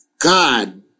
God